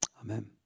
Amen